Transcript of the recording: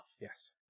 Yes